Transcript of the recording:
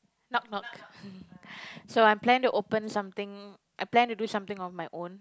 knock knock so I plan to open something I plan to do something on my own